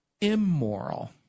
immoral